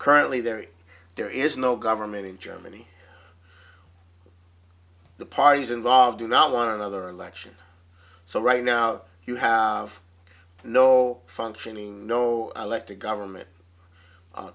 currently there is there is no government in germany the parties involved do not want another election so right now you have no functioning no elected government